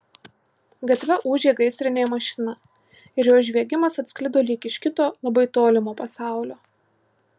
gatve ūžė gaisrinė mašina ir jos žviegimas atsklido lyg iš kito labai tolimo pasaulio